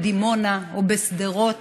בדימונה או בשדרות,